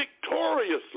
victoriously